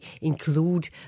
include